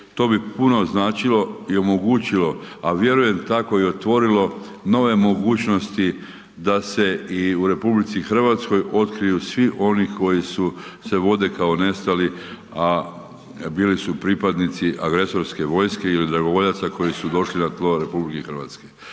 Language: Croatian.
To bi puno značilo i omogućilo, a vjerujem tako i otvorilo i nove mogućnosti da se i u RH otkriju svi oni koje se vode kao nestali, a bili su pripadnici agresorske vojske ili dragovoljaca koji su došli na tlo RH.